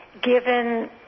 given